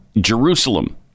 Jerusalem